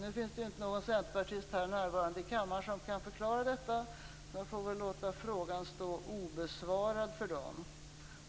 Nu finns det inte någon centerpartist närvarande här i kammaren som kan förklara detta. Så jag får väl låta frågan stå obesvarad för dagen.